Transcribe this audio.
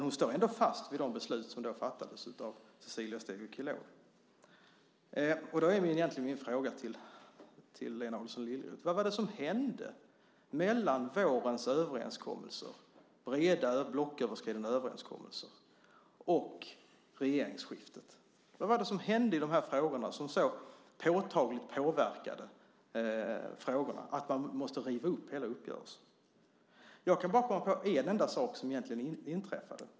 Hon står ändå fast vid de beslut som fattades av Cecilia Stegö Chilò. Min fråga till Lena Adelsohn Liljeroth är: Vad var det som hände mellan vårens breda blocköverskridande överenskommelser och regeringsskiftet? Vad hände i de här frågorna som så påtagligt påverkade frågorna att man måste riva upp hela uppgörelsen? Jag kan bara komma på en sak som inträffade.